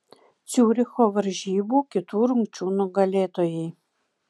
ciuricho varžybų kitų rungčių nugalėtojai